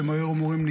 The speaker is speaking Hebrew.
שהם היו אמורים,